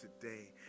today